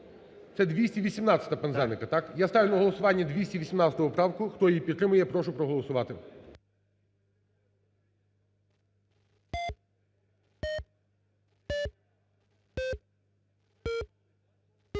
Це 218-а, Пинзеника, так? Я ставлю на голосування 218 поправку. Хто її підтримує, прошу проголосувати.